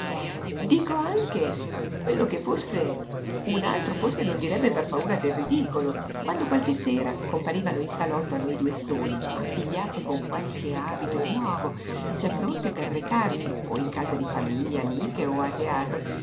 dico anche quello che un altro forse non direbbe per paura del ridicolo quando qualche sera comparivano in salotto a noi due soli abbigliate con qualche abito nuovo già pronte per recarsi o in casa di famiglie amiche o a teatro